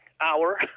hour